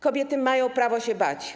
Kobiety mają prawo się bać.